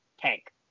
tank